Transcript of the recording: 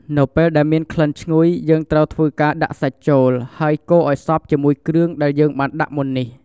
នៅពេលដែលមានក្លិនឈ្ងុយ យើងត្រូវធ្វើការដាក់សាច់ចូល ហើយកូរអោយសព្វជាមួយគ្រឿងដែលយើងបានដាក់មុននេះ។